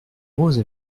rose